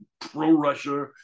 pro-Russia